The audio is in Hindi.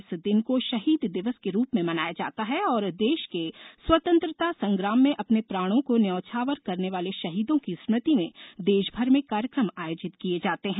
इस दिन को शहीद दिवस के रूप में मनाया जाता है और देश के स्वतंत्रता संग्राम में अपने प्राणों को न्यौछावर करने वाले शहीदों की स्मृति में देशभर कार्यक्रम आयोजित किए जाते हैं